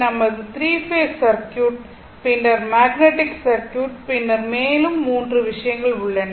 நமது 3 phase circuit பின்னர் magnetic circuit பின்னர் மேலும் 3 விஷயங்கள் உள்ளன